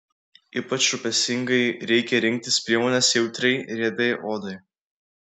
ypač rūpestingai reikia rinktis priemones jautriai riebiai odai